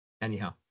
Anyhow